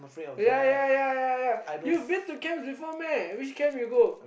ya ya ya ya ya you've been to camps before meh which camp you go